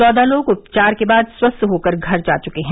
चौदह लोग उपचार के बाद स्वस्थ होकर घर जा चुके हैं